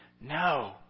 No